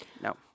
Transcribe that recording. No